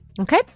Okay